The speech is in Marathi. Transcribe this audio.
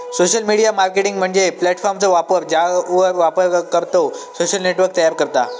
सोशल मीडिया मार्केटिंग म्हणजे प्लॅटफॉर्मचो वापर ज्यावर वापरकर्तो सोशल नेटवर्क तयार करता